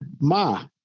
Ma